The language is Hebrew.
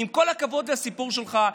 עם כל הכבוד לסיפור שלך,